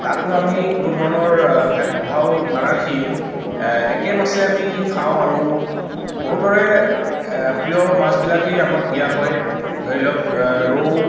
তাতো আমি কোনো ধৰণৰ ভেদভাও নাৰাখি একেই মাছেই আমি খাওঁ আৰু বহুতৰে প্ৰিয় মাছবিলাকেই আমাক দিয়া হয় ধৰি লওক ৰৌ